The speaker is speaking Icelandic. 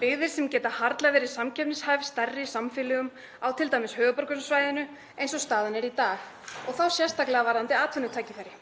byggðum sem geta vart verið samkeppnishæfar við stærri samfélög, t.d. á höfuðborgarsvæðinu eins og staðan er í dag og þá sérstaklega varðandi atvinnutækifæri.